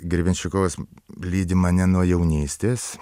grebenščikovas lydi mane nuo jaunystės